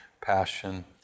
passion